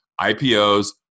IPOs